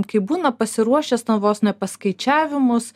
kai būna pasiruošęs ten vos ne paskaičiavimus